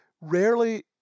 rarely